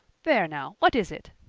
there now, what is it?